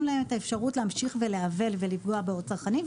להם את האפשרות להמשיך ולעוול ולפגוע בצרכנים.